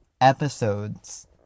episodes